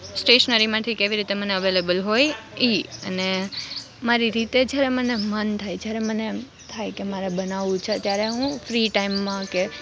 સ્ટેશનરીમાંથી કે એવી રીતે મને અવેલેબલ હોય એ અને મારી રીતે જે મન થાય જ્યારે મને એમ થાય કે મારે બનાવવું છે ત્યારે હું ફ્રી ટાઈમમાં કે